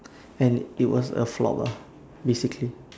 and it was a flop lah basically